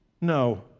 No